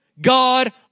God